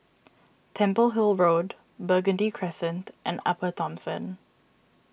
Temple Hill Road Burgundy Crescent and Upper Thomson